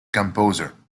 composer